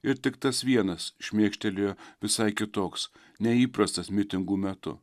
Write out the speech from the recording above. ir tik tas vienas šmėkštelėjo visai kitoks neįprastas mitingų metu